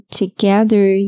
together